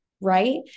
right